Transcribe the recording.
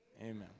amen